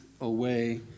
away